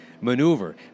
maneuver